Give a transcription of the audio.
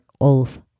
oath